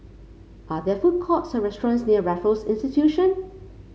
are there food courts or restaurants near Raffles Institution